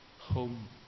home